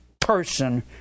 person